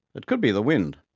it could be the wind,